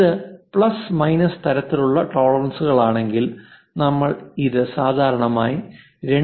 ഇത് plus minus തരത്തിലുള്ള ടോളറൻസുകളാണെങ്കിൽ നമ്മൾ ഇത് സാധാരണയായി 2